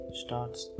starts